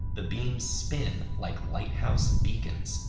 the beams spin like lighthouse beacons,